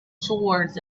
towards